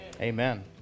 amen